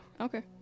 Okay